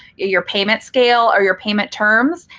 your your payment scale, or your payment terms.